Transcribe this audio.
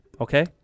Okay